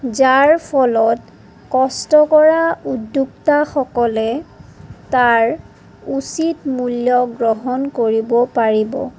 যাৰ ফলত কষ্ট কৰা উদ্যোক্তাসকলে তাৰ উচিত মূল্য গ্ৰহণ কৰিব পাৰিব